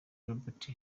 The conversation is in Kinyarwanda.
robert